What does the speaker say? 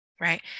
right